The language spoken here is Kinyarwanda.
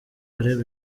caleb